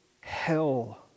hell